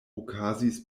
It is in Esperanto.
okazis